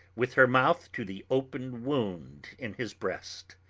with her mouth to the open wound in his breast.